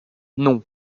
non